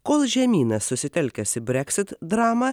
kol žemynas susitelkęs į breksit dramą